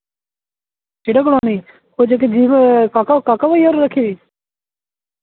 केह्ड़ा कलोनी ओह् जेह्की जीप काका काका बेइया होरें रक्खी दी